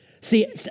See